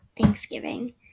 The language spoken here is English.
Thanksgiving